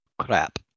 Crap